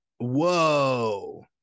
Whoa